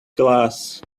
glass